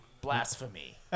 Blasphemy